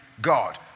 God